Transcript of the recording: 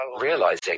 Realizing